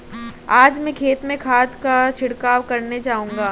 आज मैं खेत में खाद का छिड़काव करने जाऊंगा